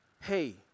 hey